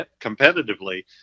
competitively